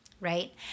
right